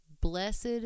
blessed